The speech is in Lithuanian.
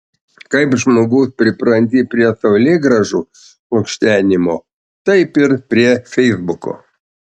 kaip žmogus pripranti prie saulėgrąžų lukštenimo taip ir prie feisbuko